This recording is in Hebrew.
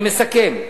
אני מסכם.